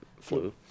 flu